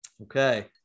Okay